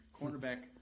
Cornerback